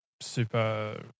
super